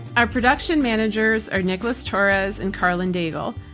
our production managers are nicholas torres and karlyn daigle.